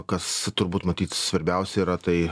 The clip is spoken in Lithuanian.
kas turbūt matyt svarbiausia yra tai